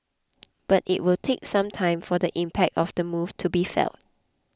but it will take some time for the impact of the move to be felt